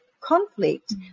conflict